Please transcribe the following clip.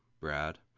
Brad